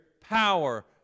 power